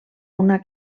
una